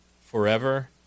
forever